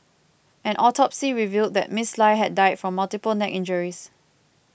an autopsy revealed that Miss Lie had died from multiple neck injuries